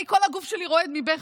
כל הגוף שלי רועד מבכי,